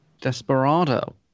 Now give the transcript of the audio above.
Desperado